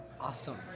awesome